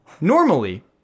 Normally